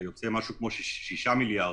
זה יוצא משהו כמו 6 מיליארד,